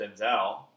Denzel